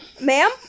Ma'am